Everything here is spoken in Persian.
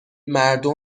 مردم